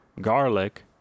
garlic